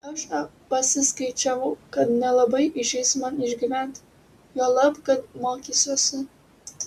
aš pasiskaičiavau kad nelabai išeis man išgyventi juolab kai mokysiuosi